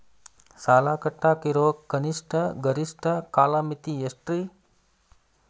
ಸಾಲ ಕಟ್ಟಾಕ ಇರೋ ಕನಿಷ್ಟ, ಗರಿಷ್ಠ ಕಾಲಮಿತಿ ಎಷ್ಟ್ರಿ?